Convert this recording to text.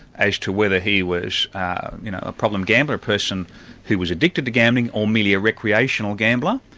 as to whether he was you know a problem gambler, a person who was addicted to gambling, or merely a recreational gambler,